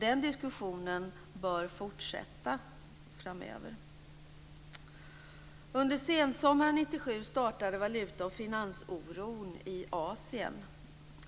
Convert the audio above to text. Den diskussionen bör fortsätta framöver. Under sensommaren 1997 startade valuta och finansoron i Asien.